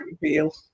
reveal